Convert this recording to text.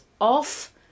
off